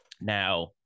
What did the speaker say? Now